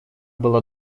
была